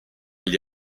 gli